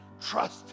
Trust